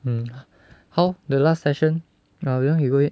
mm how the last session you want uh you go ahead